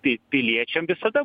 tai piliečiam visada